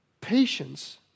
patience